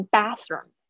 Bathroom